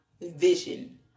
vision